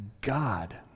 God